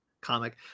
comic